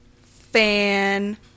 fan